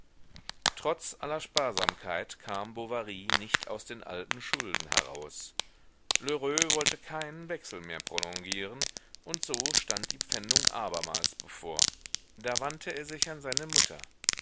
trotz aller sparsamkeit kam bovary nicht aus den alten schulden heraus lheureux wollte keinen wechsel mehr prolongieren und so stand die pfändung abermals bevor da wandte er sich an seine mutter